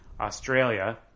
Australia